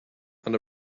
and